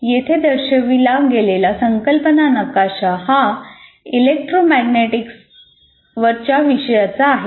येथे दर्शविला गेलेला संकल्पना नकाशा हा इलेक्ट्रोमॅग्नेटिक्सवरच्या विषयाचा आहे